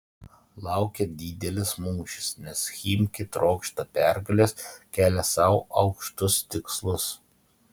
laukia didelis mūšis nes chimki trokšta pergalės kelia sau aukštus tikslus